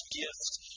gifts